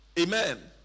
Amen